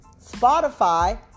Spotify